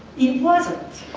it wasn't.